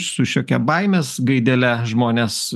su šiokia baimės gaidele žmones